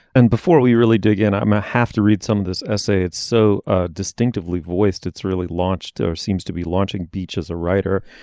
and before we really dig in i i might have to read some of this essay it's so ah distinctively voiced it's really launched or seems to be launching beach as a writer.